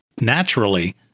naturally